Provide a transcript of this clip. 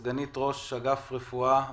סגנית ראש אגף רפואה בקהילה,